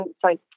Sorry